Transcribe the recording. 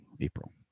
April